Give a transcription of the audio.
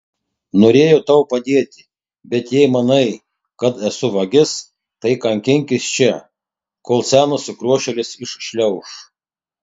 norėjau tau padėti bet jei manai kad esu vagis tai kankinkis čia kol senas sukriošėlis iššliauš